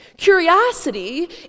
Curiosity